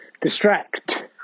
distract